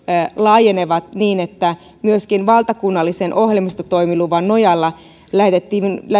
laajenevat niin että myöskin valtakunnallisen ohjelmistotoimiluvan nojalla